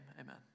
amen